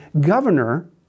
governor